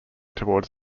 toward